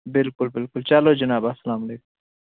بِلکُل بِلکُل چلو جناب اسلام علیکُم